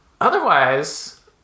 Otherwise